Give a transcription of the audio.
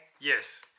Yes